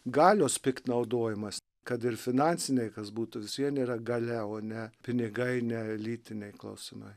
galios piktnaudojimas kad ir finansiniai kas būtų visiems yra galia ne pinigai ne elitiniai klausimai